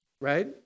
right